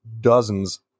dozens